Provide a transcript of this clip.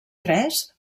tres